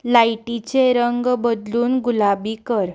लायटीचे रंग बदलून गुलाबी कर